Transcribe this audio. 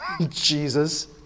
Jesus